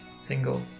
single